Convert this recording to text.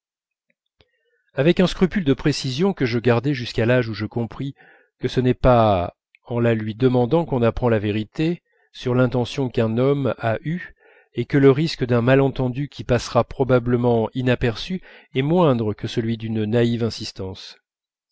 avec un scrupule de précision que je gardai jusqu'à l'âge où je compris que ce n'est pas en la lui demandant qu'on apprend la vérité sur l'intention qu'un homme a eue et que le risque d'un malentendu qui passera probablement inaperçu est moindre que celui d'une naïve insistance